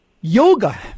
Yoga